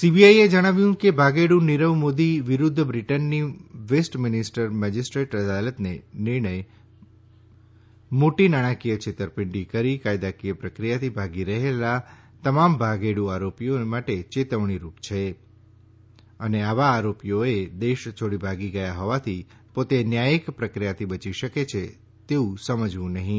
CBI એ જણાવ્યું છે કે ભાગેડું નિરવ મોદી વિરુધ્ધ બ્રિટનની વેસ્ટમિનિસ્ટર મજિસ્ટ્રેટ અદાલતનો નિર્ણય નાણાકીય છેતરપીંડી કરી કાયદાકીય પ્રક્રિયાથી ભાગી રહેલા તમામ ભાગેડું આરોપીએ માટે ચેતવણીરૂપ છે અને આવા આરોપીઓએ દેશ છોડી ભાગી ગયા હોવાથી પોતે ન્યાયીક પ્રક્રિયાથી બચી શકે છે તેમ સમજવું નહીં